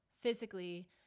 physically